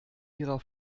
ihrer